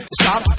stop